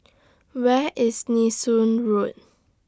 Where IS Nee Soon Road